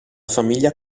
famiglia